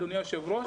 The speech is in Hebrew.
אדוני היושב-ראש,